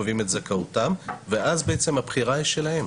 קובעים את זכאותם ואז בעצם הבחירה היא שלהם,